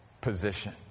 position